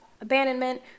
Abandonment